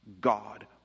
God